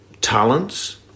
talents